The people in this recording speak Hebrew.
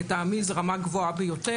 לטעמי זו רמה גבוהה ביותר.